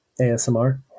asmr